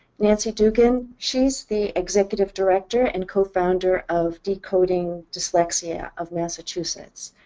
nancy duggan. she's the executive director and co-founder of decoding dyslexia of massachusetts.